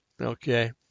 Okay